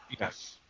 Yes